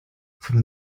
from